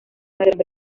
gobierno